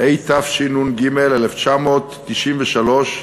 הדיון בהצעות חוק, התשנ"ג 1993,